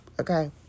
okay